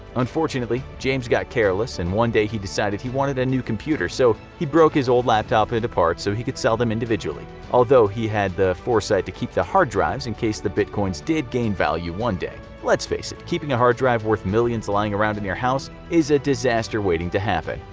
unfortunately, james got careless. and one one day he decided he wanted a new computer, so he broke his old laptop into parts so he could sell them individually. although he had the foresight to keep the hard drive in case bitcoins did gain value one day, let's face it. keeping a hard drive worth millions lying around and your house is a disaster waiting to happen.